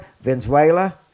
Venezuela